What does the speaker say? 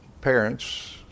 parents